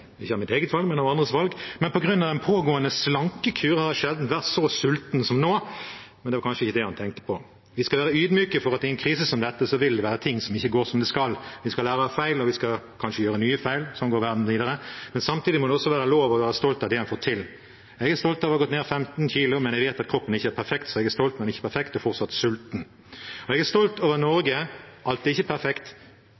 mitt eget valg, men andres – men på grunn av en pågående slankekur har jeg sjelden vært så sulten som nå. Men det var kanskje ikke det han tenkte på. Vi skal være ydmyke for at i en krise som dette vil det være ting som ikke går som de skal. Vi skal lære av feil, og vi skal kanskje gjøre nye feil, sånn går verden videre, men samtidig må det også være lov å være stolt av det en får til. Jeg er stolt av å ha gått ned 15 kilo, men jeg vet at kroppen ikke er perfekt. Så jeg er stolt, men ikke perfekt, og fortsatt sulten. Og jeg er stolt over